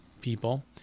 people